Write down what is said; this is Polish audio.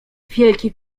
wielkie